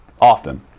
often